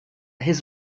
his